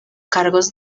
cargos